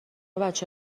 بچه